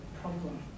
problem